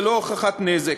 ללא הוכחת נזק,